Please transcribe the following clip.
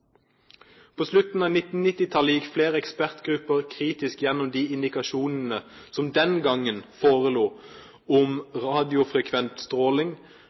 På slutten av 1990-tallet gikk flere ekspertgrupper kritisk gjennom de indikasjonene som den gang forelå om radiofrekvent stråling